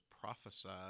prophesied